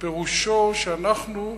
פירושו שאנחנו,